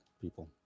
people